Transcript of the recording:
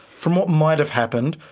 from what might have happened,